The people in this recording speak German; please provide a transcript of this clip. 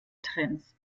trends